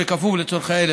בכפוף לצורכי הילד.